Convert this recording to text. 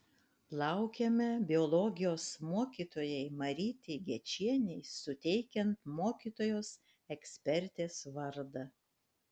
laukiame biologijos mokytojai marytei gečienei suteikiant mokytojos ekspertės vardą